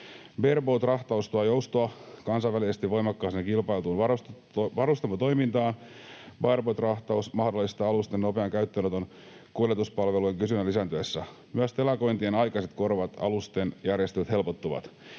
Bareboat-rahtaus tuo joustoa kansainvälisesti voimakkaasti kilpailtuun varustamotoimintaan. Bareboat-rahtaus mahdollistaa alusten nopean käyttöönoton kuljetuspalvelujen kysynnän lisääntyessä. Myös telakointien aikaiset korvaavat alusten järjestelyt helpottuvat.